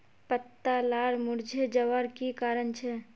पत्ता लार मुरझे जवार की कारण छे?